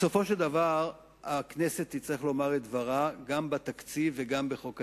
בסופו של דבר הכנסת תצטרך לומר את דברה גם בתקציב וגם בחוק ההסדרים.